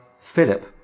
Philip